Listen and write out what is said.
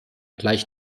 gleich